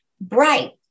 bright